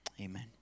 Amen